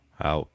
Out